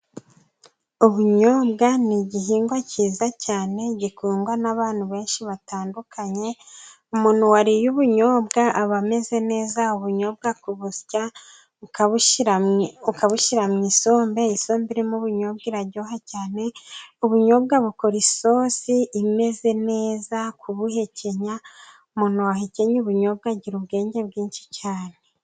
Ubunyobwa ni igihingwa cyiza cyane, gikundwa n'abantu benshi batandukanye. Umuntu waririye ubunyobwa aba ameze neza. Ubunyobwa kubusya, ukabushyira mu isombe. Isombe irimo ubunyobwa iraryoha cyane. Ubunyobwa bukora isosi imeze neza. Kubuhekenya, umuntu wahekenye ubunyobwa agira ubwenge bwinshi cyane.